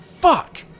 fuck